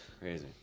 Crazy